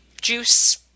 juice